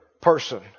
person